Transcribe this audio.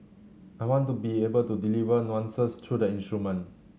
I want to be able to deliver nuances through the instrument